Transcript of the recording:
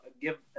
give